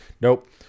Nope